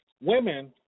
Women